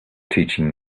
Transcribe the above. teaching